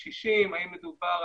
מישהו שהשיג מהר, צריך לבדוק.